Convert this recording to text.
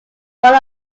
one